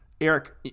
Eric